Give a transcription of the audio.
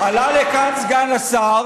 עלה לכאן סגן השר